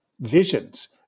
visions